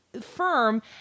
firm